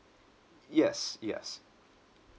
yes yes